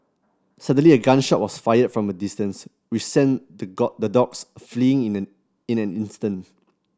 suddenly a gun shot was fired from a distance which sent the the dogs fleeing in an in an instants